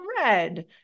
red